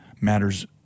matters